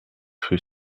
rue